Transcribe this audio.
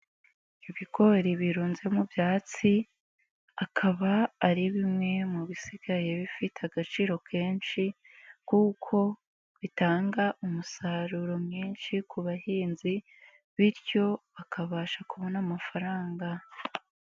Ibigori birunze mu byatsi, akaba ari bimwe mu bisigaye bifite agaciro kenshi, kuko bitanga umusaruro mwinshi ku bahinzi, bityo bakabasha kubona amafaranga.